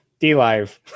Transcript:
DLive